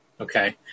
okay